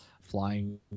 flying